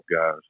guys